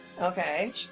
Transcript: okay